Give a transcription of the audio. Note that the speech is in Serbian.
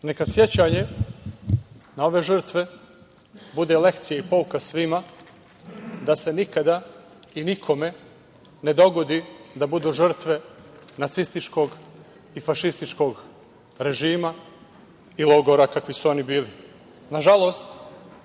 sećanje na ove žrtve bude lekcija i pouka svima da se nikada i nikome ne dogodi da budu žrtve nacističkog i fašističkog režima i logora kakvi su oni bili. Nažalost,